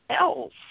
else